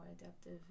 adaptive